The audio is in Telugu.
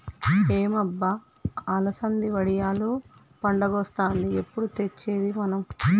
ఏం అబ్బ అలసంది వడియాలు పండగొస్తాంది ఎప్పుడు తెచ్చేది మనం